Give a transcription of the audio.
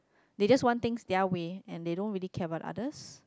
they just want thing their way and they don't really care about the others